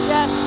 Yes